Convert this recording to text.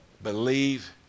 Believe